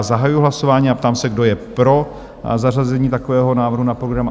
Zahajuji hlasování a ptám se, kdo je pro zařazení takového návrhu na program?